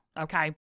Okay